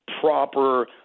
proper